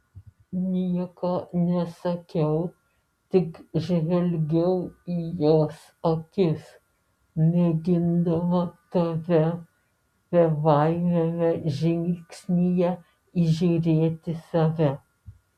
nieko nesakiau tik žvelgiau į jos akis mėgindama tame bebaimiame žvilgsnyje įžiūrėti save